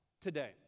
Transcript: today